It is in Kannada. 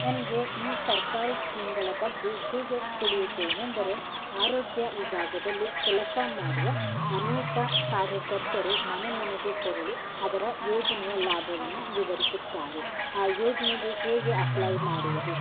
ನನಗೆ ಈ ಸರ್ಕಾರಿ ಸ್ಕೀಮ್ಗಳ ಬಗ್ಗೆ ಹೇಗೆ ತಿಳಿಯುತ್ತೇನೆಂದರೆ ಆರೋಗ್ಯ ವಿಭಾಗದಲ್ಲಿ ಕೆಲಸ ಮಾಡುವ ಅನೇಕ ಕಾರ್ಯಕರ್ತರು ಮನೆ ಮನೆಗೆ ತೆರಳಿ ಅದರ ಯೋಜನೆಯ ಲಾಭವನ್ನು ವಿವರಿಸುತ್ತಾರೆ ಆ ಯೋಜನೆಗೆ ಹೇಗೆ ಅಪ್ಲೈ ಮಾಡುವುದು